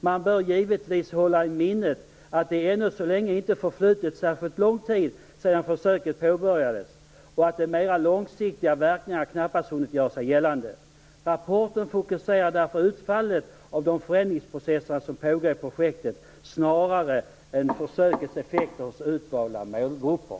Man bör givetvis hålla i minnet att det ännu så länge inte förflutit särskilt lång tid sedan försöket påbörjades och att de mera långsiktiga verkningarna knappast hunnit göra sig gällande. Rapporten fokuserar därför på utfallet av de förändringsprocesser som pågår i projektet, snarare än försökets effekter hos utvalda målgrupper.